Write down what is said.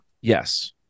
Yes